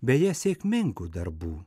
beje sėkmingų darbų